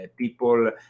people